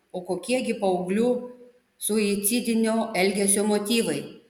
o kokie gi paauglių suicidinio elgesio motyvai